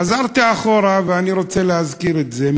חזרתי אחורה, ואני רוצה להזכיר את זה.